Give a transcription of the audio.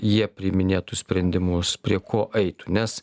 jie priiminėtų sprendimus prie ko eitų nes